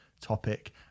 topic